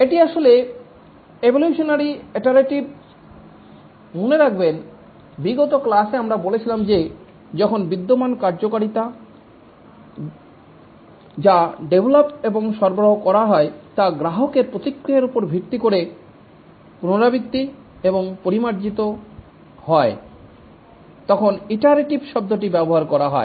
এটি আসলে evolutionary iterative মনে রাখবেন বিগত ক্লাসে আমরা বলেছিলাম যে যখন বিদ্যমান কার্যকারিতা যা ডেভলপ এবং সরবরাহ করা হয় তা গ্রাহকের প্রতিক্রিয়ার উপর ভিত্তি করে পুনরাবৃত্তি এবং পরিমার্জিত হয় তখন ইটারেটিভ শব্দটি ব্যবহার করা হয়